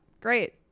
Great